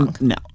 No